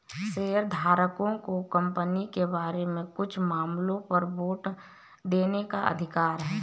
शेयरधारकों को कंपनी के बारे में कुछ मामलों पर वोट देने का अधिकार है